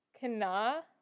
Kana